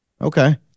okay